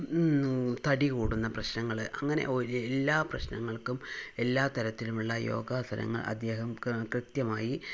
തടി കൂടുന്ന പ്രശ്നങ്ങള് അങ്ങനെ എല്ലാ പ്രശ്നങ്ങൾക്കും എല്ലാ തരത്തിലുമുള്ള യോഗാസനങ്ങൾ അദ്ദേഹം കൃത്യമായി